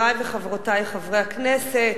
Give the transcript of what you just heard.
חברי וחברותי חברי הכנסת,